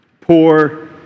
poor